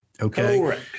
okay